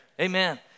Amen